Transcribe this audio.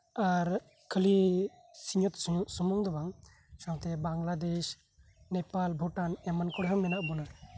ᱟᱨ ᱠᱷᱟᱹᱞᱤ ᱥᱤᱧᱚᱛ ᱥᱩᱢᱩᱱ ᱫᱚ ᱵᱟᱝ ᱥᱟᱶᱛᱮ ᱵᱟᱝᱞᱟᱫᱮᱥ ᱱᱮᱯᱟᱞ ᱵᱷᱩᱴᱟᱱ ᱮᱢᱟᱱ ᱠᱚᱨᱮ ᱦᱚᱸ ᱢᱮᱱᱟᱜ ᱵᱚᱱᱟ